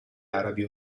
arabi